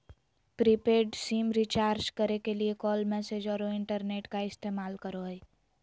prepaid SIM recharge करे के लिए कॉल, मैसेज औरो इंटरनेट का इस्तेमाल करो हइ